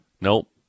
Nope